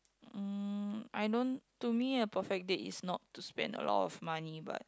um I don't to me a perfect date is not to spend a lot of money but